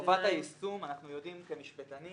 אנחנו יודעים כמשפטנים